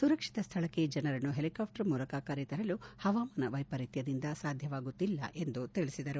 ಸುರಕ್ಷಿತ ಸ್ಥಳಕ್ಕೆ ಜನರನ್ನು ಹೆಲಿಕಾಪ್ಟರ್ ಮೂಲಕ ಕರೆ ತರಲು ಹವಾಮಾನ ವ್ಯೆಪರೀತ್ವದಿಂದ ಸಾಧ್ಯವಾಗುತ್ತಿಲ್ಲ ಎಂದು ತಿಳಿಸಿದರು